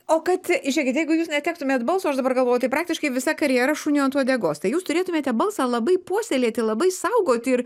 o kad žiūrėkit jeigu jūs netektumėt balso aš dabar galvoju tai praktiškai visa karjera šuniui ant uodegos tai jūs turėtumėte balsą labai puoselėti labai saugoti ir